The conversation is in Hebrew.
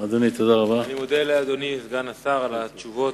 אדוני, תודה רבה.